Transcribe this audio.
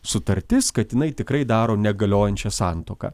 sutartis kad jinai tikrai daro negaliojančią santuoką